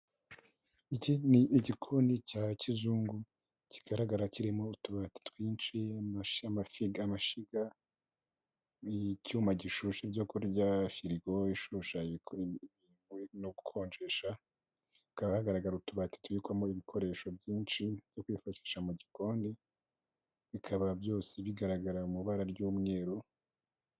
Iki ni igikoni cya kizungu kigaragara kirimo utubati twinshi, amafirigo, amashyiga, icyuma gishyushya ibyo kurya, firigo ishyushya no gukonjesha, hakaba hagaragara utubati tubikwamo ibikoresho byinshi byo kwifashisha mu gikoni, bikaba byose bigaragara mu ibara ry'umweru.